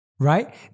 Right